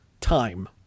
time